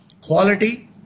quality